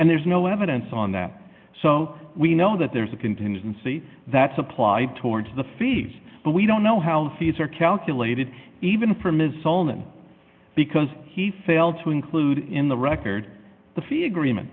and there's no evidence on that so we know that there's a contingency that's applied towards the fees but we don't know how the fees are calculated even for ms sullivan because he failed to include in the record the fee agreement